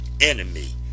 enemy